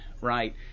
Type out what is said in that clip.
right